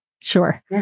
sure